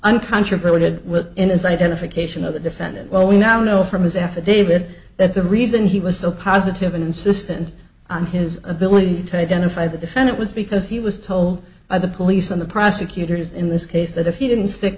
with in his identification of the defendant well we now know from his affidavit that the reason he was so positive and insistent on his ability to identify the defendant was because he was told by the police and the prosecutors in this case that if he didn't stick